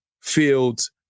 Fields